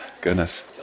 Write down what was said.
Goodness